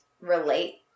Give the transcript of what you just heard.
relate